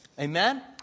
Amen